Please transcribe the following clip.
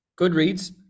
Goodreads